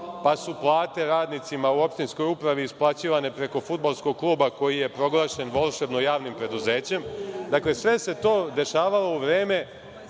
pa su plate radnicima u opštinskoj upravi isplaćivane preko fudbalskog kluba koji je proglašen volšebno javnim preduzećem. Dakle, sve se to dešavalo u vreme